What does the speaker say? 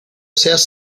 seas